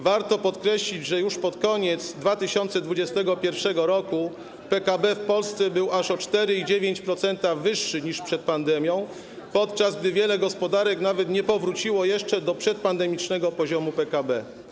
Warto podkreślić, że już pod koniec 2021 r. PKB w Polsce był aż o 4,9% wyższy niż przed pandemią, podczas gdy wiele gospodarek nawet nie powróciło jeszcze do przedpandemicznego poziomu PKB.